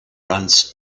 runs